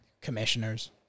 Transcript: commissioners